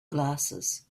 glasses